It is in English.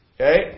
Okay